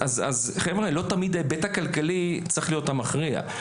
חבר'ה, לא תמיד ההיבט הכלכלי צריך להיות המכריע.